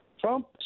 Trump